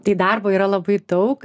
tai darbo yra labai daug